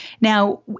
Now